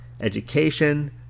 education